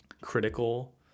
critical